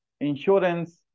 insurance